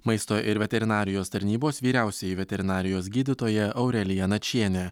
maisto ir veterinarijos tarnybos vyriausioji veterinarijos gydytoja aurelija načienė